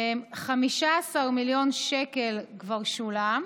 15 מיליון שקל כבר שולמו,